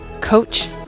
coach